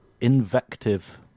Invective